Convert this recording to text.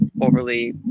overly